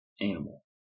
animal